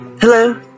hello